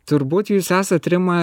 turbūt jūs esat rima